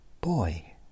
boy